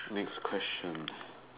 next question